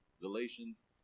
Galatians